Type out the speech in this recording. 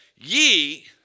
Ye